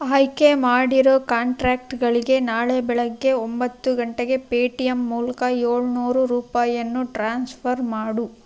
ಆಯ್ಕೆ ಮಾಡಿರೋ ಕಾಂಟ್ರ್ಯಾಕ್ಟ್ಗಳಿಗೆ ನಾಳೆ ಬೆಳಗ್ಗೆ ಒಂಬತ್ತು ಗಂಟೆಗೆ ಪೇಟಿಎಂ ಮೂಲಕ ಏಳ್ನೂರು ರೂಪಾಯಿಯನ್ನು ಟ್ರಾನ್ಸ್ಫರ್ ಮಾಡು